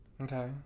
Okay